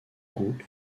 goût